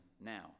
now